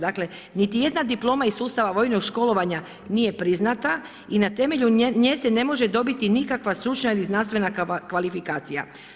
Dakle niti jedna diploma iz sustava vojnog školovanja nije priznata i na temelju nje se ne može dobiti nikakva stručna ili znanstvena kvalifikacija.